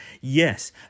Yes